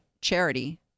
Charity